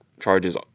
charges